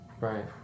Right